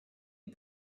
une